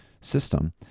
system